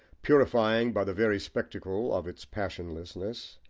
purifying by the very spectacle of its passionlessness,